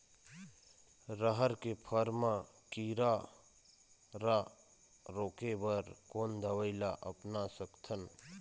रहर के फर मा किरा रा रोके बर कोन दवई ला अपना सकथन?